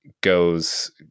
goes